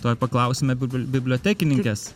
tuoj paklausime bibliotekininkės